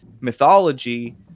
mythology